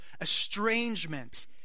estrangement